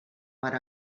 per